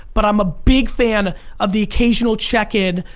but i'm a big fan of the occasional check-in,